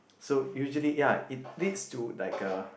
so usually ya it leads to like a